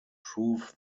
prove